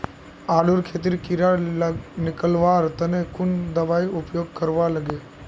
आलूर खेतीत कीड़ा निकलवार तने कुन दबाई उपयोग करवा लगे?